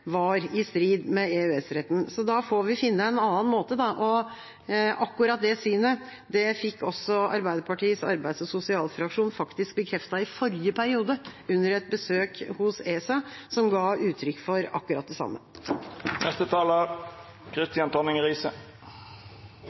var gjennomført på i Norge, var i strid med EØS-retten, så da får vi finne en annen måte. Akkurat det synet fikk også Arbeiderpartiets arbeids- og sosialfraksjon faktisk bekreftet i forrige periode, under et besøk hos ESA, som ga uttrykk for akkurat det samme.